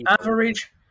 average